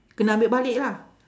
kena ambil balik lah